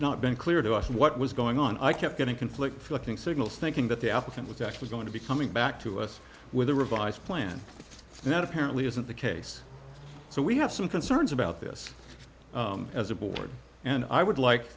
not been clear to us what was going on i kept getting conflict looking signals thinking that the applicant was actually going to be coming back to us with a revised plan and that apparently isn't the case so we have some concerns about this as a board and i would like